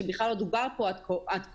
שבכלל לא דובר עליו עד כה.